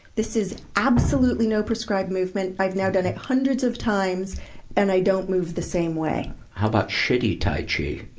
this is absolutely no prescribed movement. i have now done it hundreds of times and i don't move the same way. how about shitty tai chi?